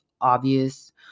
obvious